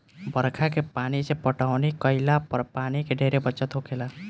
बरखा के पानी से पटौनी केइला पर पानी के ढेरे बचत होखेला